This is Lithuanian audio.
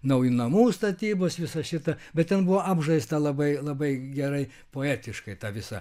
naujų namų statybos visa šita bet ten buvo apžaista labai labai gerai poetiškai ta visa